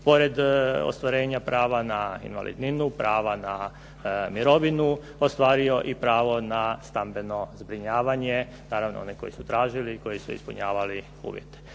pored ostvarenja prava na invalidninu, prava na mirovinu ostvario i pravo na stambeno zbrinjavanje. Naravno oni koji su tražili i koji su ispunjavali uvjete.